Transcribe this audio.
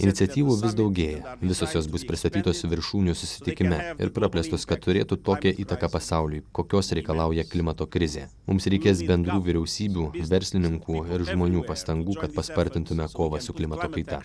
iniciatyvų vis daugėja visos jos bus pristatytos viršūnių susitikime ir praplėstos kad turėtų tokią įtaką pasauliui kokios reikalauja klimato krizė mums reikės bendrų vyriausybių verslininkų ir žmonių pastangų kad paspartintume kovą su klimato kaita